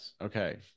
Okay